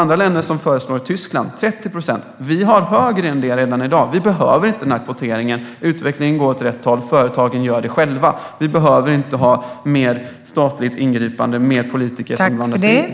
Tyskland har 30 procent. Vi har högre än det redan i dag. Vi behöver inte kvotering. Utvecklingen går åt rätt håll. Företagen gör det själva. Vi behöver inte mer av statligt ingripande eller politiker som blandar sig i.